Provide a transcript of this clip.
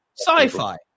sci-fi